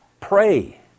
Pray